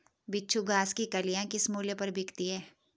बिच्छू घास की कलियां किस मूल्य पर बिकती हैं?